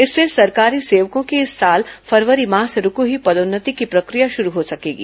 इससे सरकारी सेवकों की इस साल फरवरी माह से रूकी हई पदोन्नति की प्रक्रिया शुरू हो सकेगी